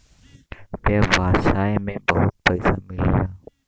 व्यवसाय में बहुत पइसा मिलेला